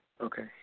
Okay